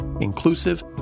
inclusive